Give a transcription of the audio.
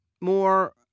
more